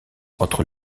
entre